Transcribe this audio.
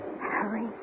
Harry